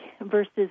versus